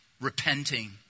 repenting